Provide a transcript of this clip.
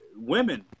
women